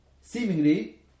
seemingly